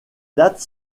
dates